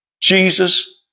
Jesus